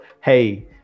hey